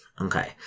Okay